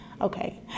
okay